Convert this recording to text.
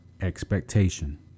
expectation